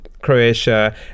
Croatia